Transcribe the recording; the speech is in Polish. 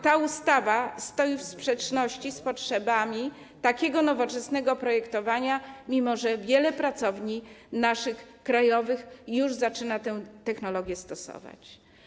Ta ustawa stoi w sprzeczności z potrzebami takiego nowoczesnego projektowania, mimo że wiele naszych krajowych pracowni już zaczyna tę technologię stosować.